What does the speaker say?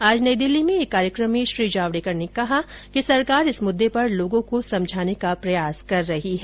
आज नई दिल्ली में एक कार्यक्रम में श्री जावड़ेकर ने कहा कि सरकार इस मुद्दे पर लोगों को समझाने का प्रयास कर रही है